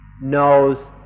knows